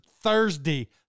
Thursday